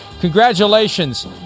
congratulations